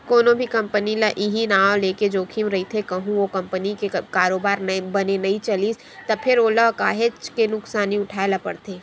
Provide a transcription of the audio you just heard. कोनो भी कंपनी ल इहीं नांव लेके जोखिम रहिथे कहूँ ओ कंपनी के कारोबार बने नइ चलिस त फेर ओला काहेच के नुकसानी उठाय ल परथे